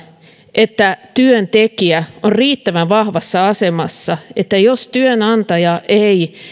että työntekijä on riittävän vahvassa asemassa eli jos työnantaja ei